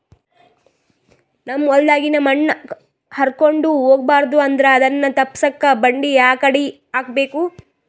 ನಮ್ ಹೊಲದಾಗಿನ ಮಣ್ ಹಾರ್ಕೊಂಡು ಹೋಗಬಾರದು ಅಂದ್ರ ಅದನ್ನ ತಪ್ಪುಸಕ್ಕ ಬಂಡಿ ಯಾಕಡಿ ಹಾಕಬೇಕು?